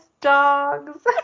dogs